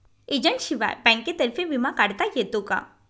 एजंटशिवाय बँकेतर्फे विमा काढता येतो का?